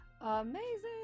amazing